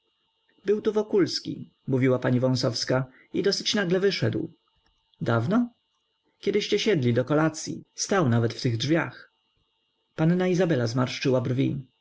był tu wokulski mówiła pani wąsowska i dosyć nagle wyszedł dawno kiedyście siedli do kolacyi stał nawet w tych drzwiach panna izabela zmarszczyła brwi